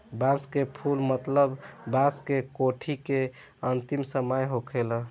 बांस के फुल मतलब बांस के कोठी के अंतिम समय होखेला